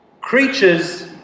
Creatures